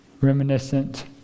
Reminiscent